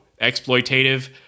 exploitative